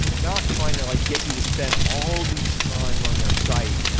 not trying to like get you to spend all these time on their site.